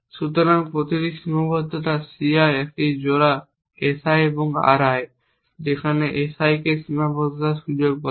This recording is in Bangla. সুতরাং প্রতিটি সীমাবদ্ধতা c i একটি জোড়া S i এবং R i যেখানে S i কে সীমাবদ্ধতার সুযোগ বলা হয়